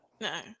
No